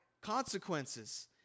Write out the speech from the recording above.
consequences